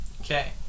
Okay